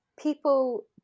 People